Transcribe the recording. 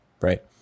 right